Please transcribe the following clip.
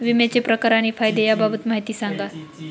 विम्याचे प्रकार आणि फायदे याबाबत माहिती सांगा